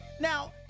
Now